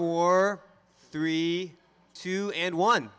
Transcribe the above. four three two and one